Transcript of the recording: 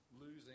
losing